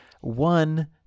one